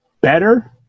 better